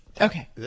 Okay